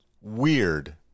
weird